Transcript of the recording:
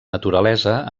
naturalesa